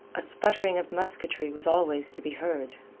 a sputtering of musketry was always to be heard.